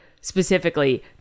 specifically